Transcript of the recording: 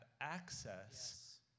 access